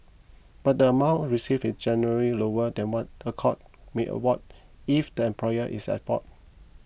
but the amount received generally lower than what a court may award if the employer is at fault